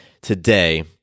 today